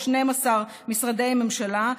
12 משרדי ממשלה,